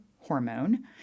hormone